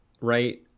right